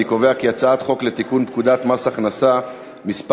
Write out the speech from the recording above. אני קובע כי הצעת חוק לתיקון פקודת מס הכנסה (מס'